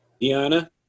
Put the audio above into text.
Diana